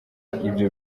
ibyo